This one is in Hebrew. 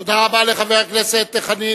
תודה רבה לחבר הכנסת חנין.